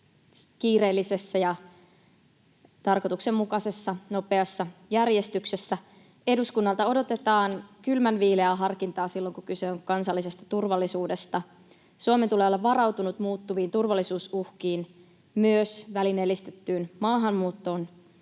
kiireellisessä ja tarkoituksenmukaisessa, nopeassa järjestyksessä. Eduskunnalta odotetaan kylmänviileää harkintaa silloin, kun kyse on kansallisesta turvallisuudesta. Suomen tulee olla varautunut muuttuviin turvallisuusuhkiin, myös välineellistettyyn maahanmuuttoon,